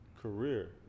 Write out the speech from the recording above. career